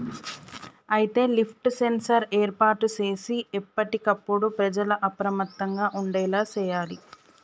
అయితే ఈ lift sensor ఏర్పాటు సేసి ఎప్పటికప్పుడు ప్రజల అప్రమత్తంగా ఉండేలా సేయాలి